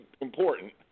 important